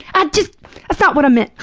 i just that's not what i meant!